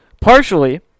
Partially